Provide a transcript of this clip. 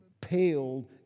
paled